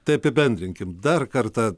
tai apibendrinkim dar kartą